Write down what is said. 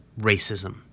racism